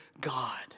God